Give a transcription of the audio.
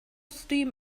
steam